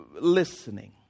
listening